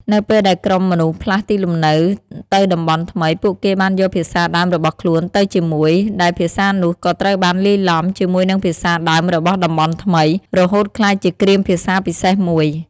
នៅពេលដែលក្រុមមនុស្សផ្លាស់ទីលំនៅទៅតំបន់ថ្មី ពួកគេបានយកភាសាដើមរបស់ខ្លួនទៅជាមួយ ដែលភាសានោះក៏ត្រូវបានលាយឡំ ជាមួយនឹងភាសាដើមរបស់តំបន់ថ្មី រហូតក្លាយជាគ្រាមភាសាពិសេសមួយ។